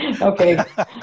Okay